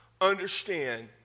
understand